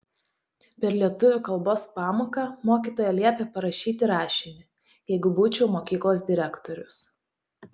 per lietuvių kalbos pamoką mokytoja liepė parašyti rašinį jeigu būčiau mokyklos direktorius